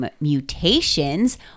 mutations